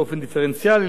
באופן דיפרנציאלי,